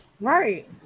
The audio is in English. Right